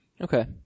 Okay